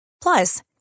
Plus